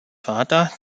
vater